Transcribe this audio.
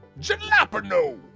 jalapeno